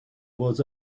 was